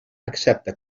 accepta